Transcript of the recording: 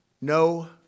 No